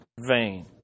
vain